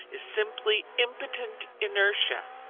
is simply impotent inertia.